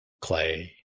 Clay